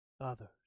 others